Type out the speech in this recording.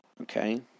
Okay